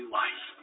life